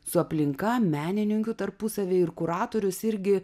su aplinka menininkių tarpusavyje ir kuratorius irgi